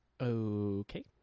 okay